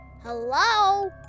hello